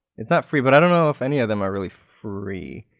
it's not free. but i don't know if any of them are really free.